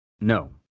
No